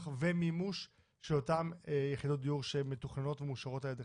ומימוש של אותן יחידות דיור שמתוכננות ומאושרות על-ידיכם?